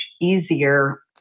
easier